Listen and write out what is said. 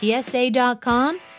PSA.com